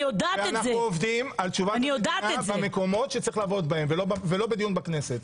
אנחנו עובדים במקומות שצריך לעבוד בהם ולא בדיון בכנסת.